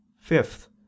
fifth